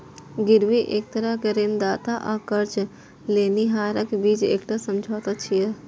गिरवी एक तरह सं ऋणदाता आ कर्ज लेनिहारक बीच एकटा समझौता छियै